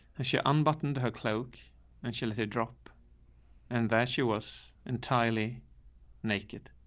and she unbuttoned her cloak and she let it drop and that she was entirely naked.